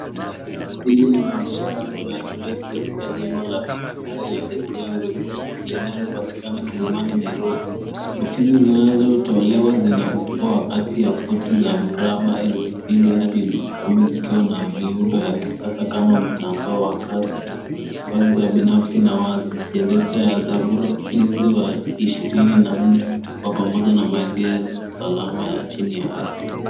Hili linaonyesha bango la To Let katika jengo la The Priory Place linalopatikana Kilimani, Nairobi. Ofisi zinazotelewa zinaukubwa wa kati ya futi za mraba elfu mbili hadi elfu kumi zikiwa na miundo ya kisasa kama mtandao wa kasi, nafasi za binafsi na wazi, jenereta ya dharura, mlinzi wa ishirini na nne na pamoja na maegezo salama ya chini ya ardhi.